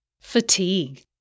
Fatigue